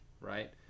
right